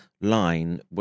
line